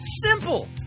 Simple